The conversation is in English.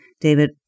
David